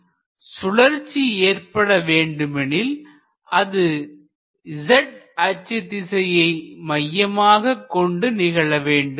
ஒரு உதாரணமாக இந்த ப்ளேனில் சுழற்சி ஏற்பட வேண்டுமெனில் அது z அச்சு திசையை மையமாக கொண்டு நிகழவேண்டும்